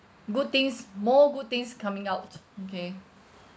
good things more good things coming out okay